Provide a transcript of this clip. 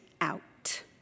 out